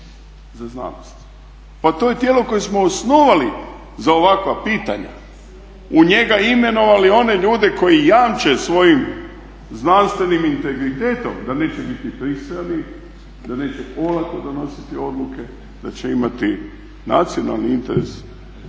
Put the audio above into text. za znanost. Pa to je tijelo koje smo osnovali za ovakva pitanja u njega imenovali one ljude koji jamče svojim znanstvenim integritetom da neće biti pristrani, da neće olako donositi odluke, da će imati nacionalni interes